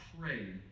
pray